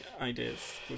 ideas